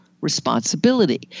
responsibility